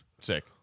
Sick